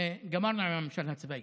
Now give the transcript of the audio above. גמרנו עם הממשל הצבאי.